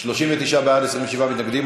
39 מתנגדים.